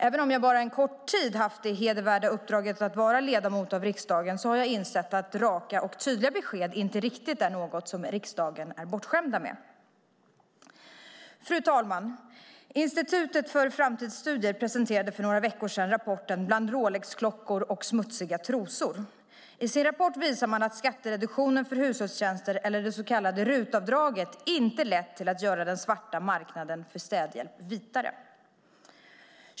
Även om jag bara en kort tid har haft det hedervärda uppdraget att vara ledamot av riksdagen har jag insett att raka och tydliga besked inte riktigt är något som riksdagen är bortskämd med. Fru talman! Institutet för framtidsstudier presenterade för några veckor sedan rapporten Bland Rolexklockor och smutsiga trosor . I sin rapport visar man att skattereduktionen för hushållstjänster, det så kallade RUT-avdraget, inte har lett till att göra den svarta marknaden för städhjälp vitare.